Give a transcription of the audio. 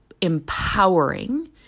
empowering